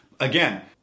Again